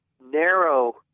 narrow